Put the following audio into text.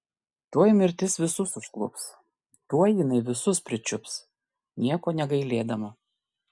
tuoj mirtis visus užklups tuoj jinai visus pričiups nieko negailėdama